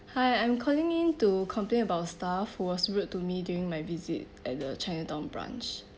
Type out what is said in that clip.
hi I'm calling in to complain about staff was rude to me during my visit at the chinatown branch